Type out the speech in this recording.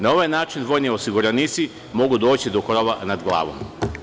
Na ovaj način vojni osiguranici mogu doći do krova nad glavom.